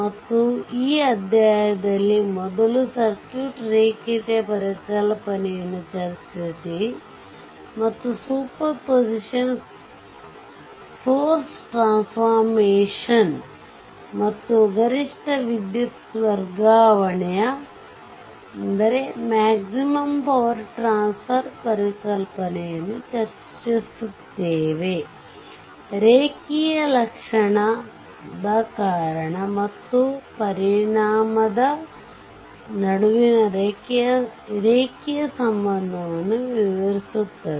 ಮತ್ತು ಈ ಅಧ್ಯಾಯದಲ್ಲಿ ಮೊದಲು ಸರ್ಕ್ಯೂಟ್ ರೇಖೀಯತೆಯ ಪರಿಕಲ್ಪನೆಯನ್ನು ಚರ್ಚಿಸಿ ಮತ್ತು ಸೂಪರ್ ಪೊಸಿಷನ್ ಸೋರ್ಸ್ ಟ್ರಾನ್ಸ್ಫರ್ಮೇಷನ್ ಮತ್ತು ಗರಿಷ್ಠ ವಿದ್ಯುತ್ ವರ್ಗಾವಣೆಯmaximum power transfer ಪರಿಕಲ್ಪನೆಯನ್ನು ಚರ್ಚಿಸುತ್ತೇವೆ ರೇಖೀಯತೆ ಲಕ್ಷಣದ ಕಾರಣ ಮತ್ತು ಪರಿಣಾಮದ ನಡುವಿನ ರೇಖೀಯ ಸಂಬಂಧವನ್ನು ವಿವರಿಸುತ್ತದೆ